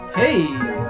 Hey